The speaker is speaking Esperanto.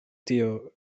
tio